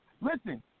Listen